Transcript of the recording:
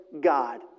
God